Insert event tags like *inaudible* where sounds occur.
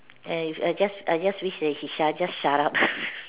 eh I just I just wish that he shu~ just shut up *laughs*